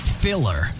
filler